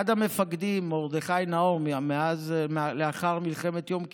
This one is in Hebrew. אחד המפקדים, מרדכי נאור, לאחר מלחמת יום כיפור,